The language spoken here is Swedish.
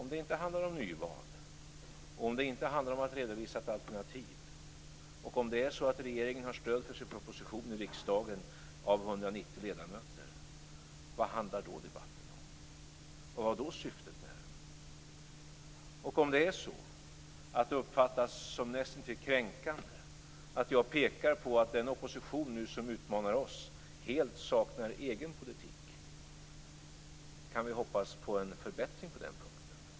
Om det inte handlar om nyval eller om att redovisa ett alternativ, och om regeringen har stöd för sin proposition i riksdagen av 190 ledamöter, vad handlar då debatten om? Vad var då syftet med den? Om det uppfattas som nästintill kränkande att jag pekar på att den opposition som nu utmanar oss helt saknar egen politik, kan vi då hoppas på en förbättring på den punkten?